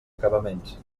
acabaments